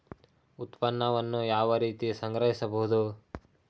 ಉತ್ಪನ್ನವನ್ನು ಯಾವ ರೀತಿ ಸಂಗ್ರಹಿಸಬಹುದು?